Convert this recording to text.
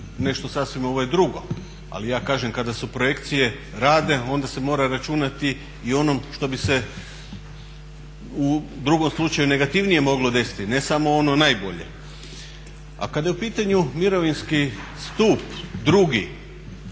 nešto sasvim drugo. Ali ja kažem kada se projekcije rade onda se mora računati i o onom što bi se u drugom slučaju negativnije moglo desiti ne samo ono najbolje. A kada je u pitanju mirovinski stup drugi